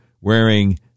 wearing